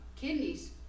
kidneys